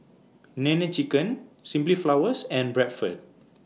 Nene Chicken Simply Flowers and Bradford